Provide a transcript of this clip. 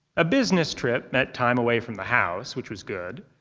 a business trip meant time away from the house, which was good.